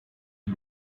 des